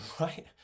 right